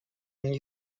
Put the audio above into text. n’y